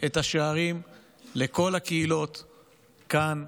את השערים לכל הקהילות כאן,